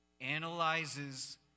analyzes